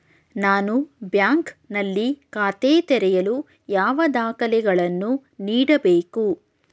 ನಾನು ಬ್ಯಾಂಕ್ ನಲ್ಲಿ ಖಾತೆ ತೆರೆಯಲು ಯಾವ ದಾಖಲೆಗಳನ್ನು ನೀಡಬೇಕು?